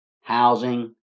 housing